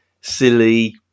silly